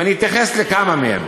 ואתייחס לכמה מהם.